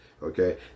Okay